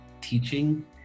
teaching